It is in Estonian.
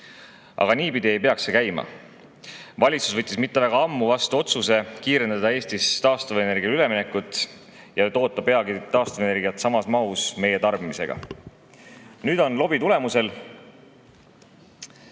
Aga niipidi ei peaks see käima. Valitsus võttis mitte väga ammu vastu otsuse kiirendada Eestis taastuvenergiale üleminekut ja toota peagi taastuvenergiat samas mahus meie tarbimisega. Nüüd on lobi tulemusel